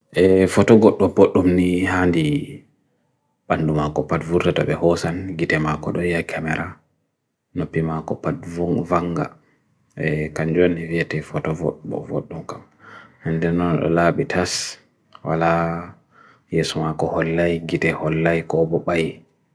ee, fotogot do potumni handi pandumako padvuratabhe hosan, gite makodoya kamera, nopi mako padvung vanga, kanjwion hivyate fotovot bovot dun kam. Handi nona lalabitas, wala ee sumako hollay, gite hollay ko obo paye.